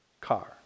car